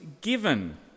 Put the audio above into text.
given